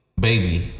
baby